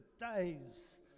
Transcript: days